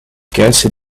cassie